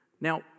Now